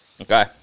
Okay